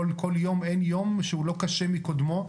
אין יום שהוא לא קשה מקודמו.